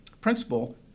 principle